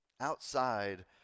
outside